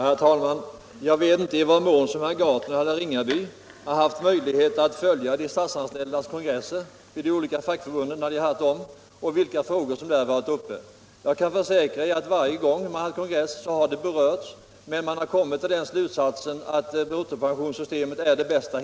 Herr talman! Jag vet inte i vad mån herrar Gahrton och Ringaby haft möjligheter att följa de kongresser som de statsanställdas olika fackförbund har hållit och behandlingen av de frågor som där tagits upp. Jag kan försäkra att denna fråga har behandlats på varje sådan kongress, och man har alltid kommit till slutsatsen att bruttopensionssystemet är det bästa.